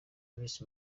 alves